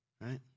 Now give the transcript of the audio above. right